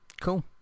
Cool